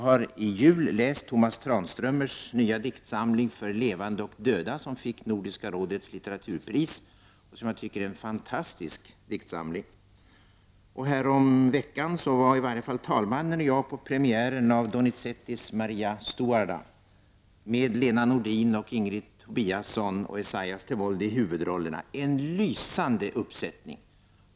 I julas läste jag Tomas Tranströmers nya diktsamling ”För levande och döda” som fick Nordiska rådets litteraturpris och som jag tycker är en fantastisk diktsamling. Häromveckan var både talmannen och jag på premiären av Donizettis Maria Stuarda med Lena Nordin, Ingrid Tobiasson och Esaias Tewolde Berhan i huvudrollerna — en lysande uppsättning!